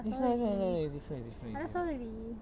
is not is not is not is different is different is diff~